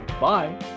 bye